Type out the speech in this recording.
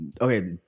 Okay